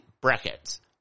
brackets